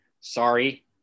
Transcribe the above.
sorry